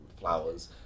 flowers